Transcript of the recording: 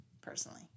personally